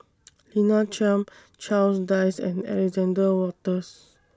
Lina Chiam Charles Dyce and Alexander Wolters